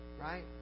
Right